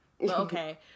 Okay